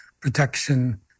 protection